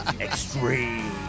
Extreme